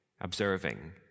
observing